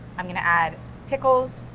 i'm going to add pickles,